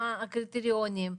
מה הקריטריונים,